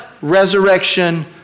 resurrection